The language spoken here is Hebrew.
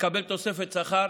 לקבל תוספת שכר